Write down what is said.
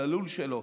על הלול שלו,